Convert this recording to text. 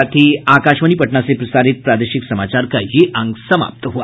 इसके साथ ही आकाशवाणी पटना से प्रसारित प्रादेशिक समाचार का ये अंक समाप्त हुआ